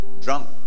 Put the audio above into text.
Drunk